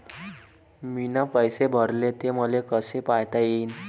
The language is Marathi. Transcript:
मीन पैसे भरले, ते मले कसे पायता येईन?